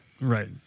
Right